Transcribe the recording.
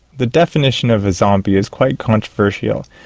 the definition of a zombie is quite controversial,